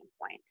point